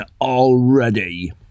already